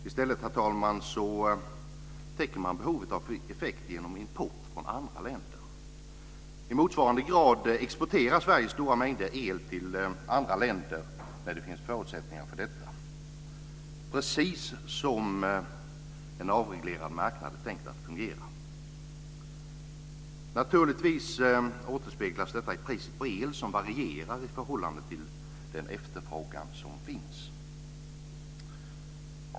I stället, herr talman, täcker man behov av effekt genom import från andra länder. I motsvarande grad exporterar Sverige stora mängder el till andra länder när det finns förutsättningar för detta, precis som en avreglerad marknad är tänkt att fungera. Naturligtvis återspeglas detta i priset på el, som varierar i förhållande till den efterfrågan som finns.